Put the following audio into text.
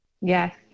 Yes